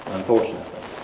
unfortunately